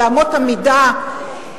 באמות המידה,